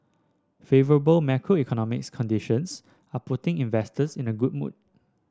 favourable macroeconomic conditions are putting investors in a good mood